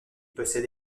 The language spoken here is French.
possède